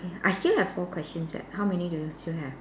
I still have four questions eh how many do you still have